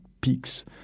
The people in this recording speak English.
peaks